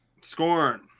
Scorn